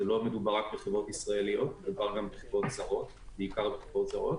לא מדובר רק בחברות ישראליות אלא בעיקר בחברות זרות